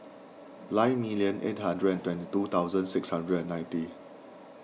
nine million eight hundred and twenty two thousand six hundred and ninety